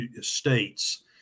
states